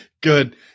Good